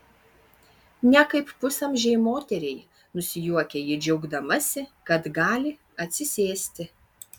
ne kaip pusamžei moteriai nusijuokia ji džiaugdamasi kad gali atsisėsti